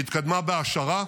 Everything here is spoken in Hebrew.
היא התקדמה בהעשרה,